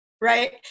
Right